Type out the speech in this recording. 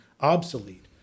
obsolete